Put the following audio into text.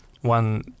One